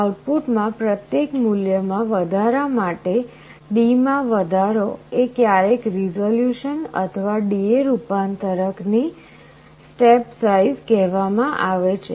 આઉટપુટમાં પ્રત્યેક મૂલ્યમાં વધારા માટે D માં વધારો એ ક્યારેક રિઝોલ્યુશન અથવા DA રૂપાંતરક ની સ્ટેપ સાઈઝ કહેવામાં આવે છે